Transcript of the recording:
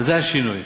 זה השינוי.